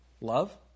Love